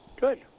Good